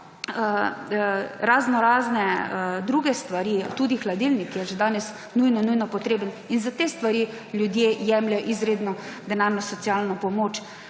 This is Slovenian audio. raznorazne druge stvari, tudi hladilnik je že danes nujno nujno potreben, in za te stvari ljudje jemljejo izredno denarno socialno pomoč.